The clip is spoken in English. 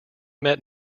met